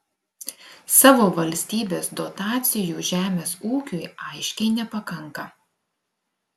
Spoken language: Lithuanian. savo valstybės dotacijų žemės ūkiui aiškiai nepakanka